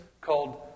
called